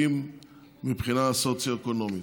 הבעייתיים מבחינה סוציו-אקונומית.